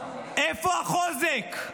איפה החוזק?